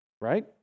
Right